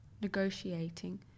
Negotiating